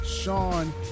Sean